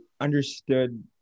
understood